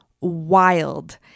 wild